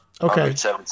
Okay